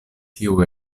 tiu